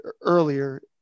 earlier